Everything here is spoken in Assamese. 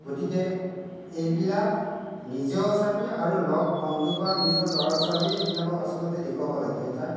গতিকে এইবিলাক নিজেও চাবি আৰু লগ বন্ধু বা নিজৰ ল'ৰা ছোৱালীয়েই এইবিলাকক আচলতে দেখুৱাব লাগে অৰ্থাৎ